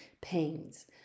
pains